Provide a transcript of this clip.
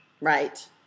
Right